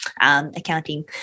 accounting